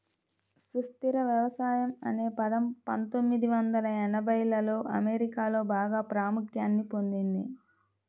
సుస్థిర వ్యవసాయం అనే పదం పందొమ్మిది వందల ఎనభైలలో అమెరికాలో బాగా ప్రాముఖ్యాన్ని పొందింది